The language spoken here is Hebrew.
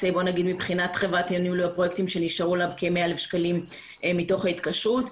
מבחינת החברה לניהול הפרויקטים שנשארו לה כ-100,000 שקלים מתוך ההתקשרות.